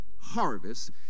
harvest